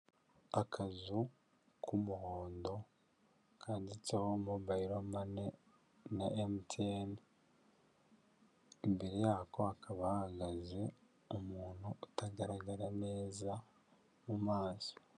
Akazu k'umuhondo kanditseho mobayiro mane na MTN, imbere yako hakaba hahagaze umuntu utagaragara neza mu maso.